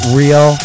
real